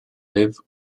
live